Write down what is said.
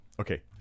Okay